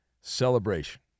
celebration